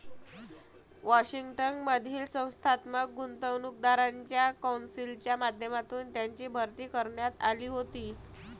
Washington मधील संस्थात्मक गुंतवणूकदारांच्या कौन्सिलच्या माध्यमातून त्यांची भरती करण्यात आली होती